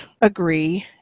agree